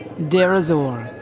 deir ez-zor,